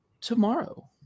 tomorrow